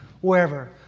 wherever